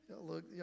look